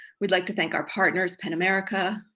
we'd like to thank our partners pen america,